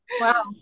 Wow